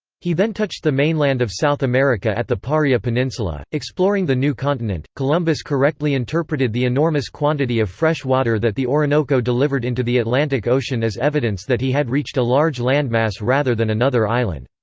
he then touched the mainland of south america at the paria peninsula exploring the new continent, columbus correctly interpreted the enormous quantity of fresh water that the orinoco delivered into the atlantic ocean as evidence that he had reached a large landmass rather than another island.